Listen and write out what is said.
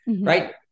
right